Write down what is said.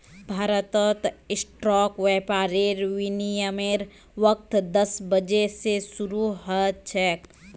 भारतत स्टॉक व्यापारेर विनियमेर वक़्त दस बजे स शरू ह छेक